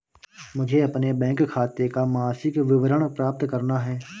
मुझे अपने बैंक खाते का मासिक विवरण प्राप्त करना है?